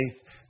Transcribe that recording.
faith